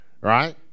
right